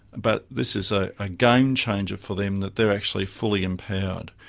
but this is a ah game changer for them that they're actually fully empowered,